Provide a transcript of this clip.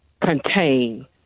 contain